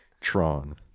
Tron